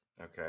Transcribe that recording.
Okay